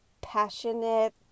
passionate